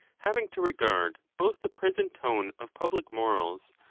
having to regard both the present tone of public morals,